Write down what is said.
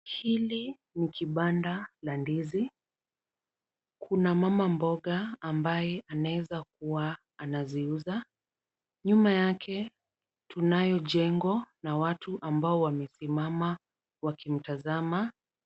Hili ni kibanda la ndizi. Kuna mama mboga ambaye anaeza kuwa anaziuza. Nyuma yake tunayo jengo na watu ambao wamesimama wakimtazama.